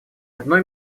одной